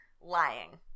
lying